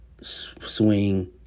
swing